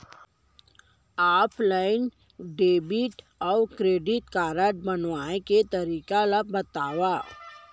Offline debit अऊ credit card बनवाए के तरीका ल बतावव?